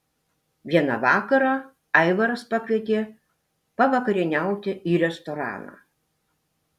vieną vakarą aivaras pakvietė pavakarieniauti į restoraną